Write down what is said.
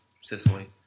Sicily